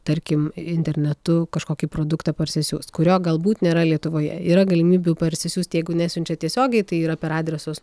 tarkim internetu kažkokį produktą parsisiųst kurio galbūt nėra lietuvoje yra galimybių parsisiųst jeigu nesiunčia tiesiogiai tai yra per adresus